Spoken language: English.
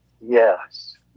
Yes